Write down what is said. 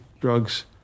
drugs